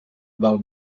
val